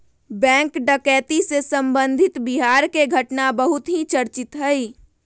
bank डकैती से संबंधित बिहार के घटना बहुत ही चर्चित हई